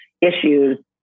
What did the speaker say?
issues